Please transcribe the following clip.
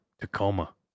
Tacoma